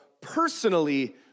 personally